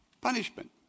punishment